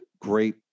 great